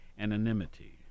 Anonymity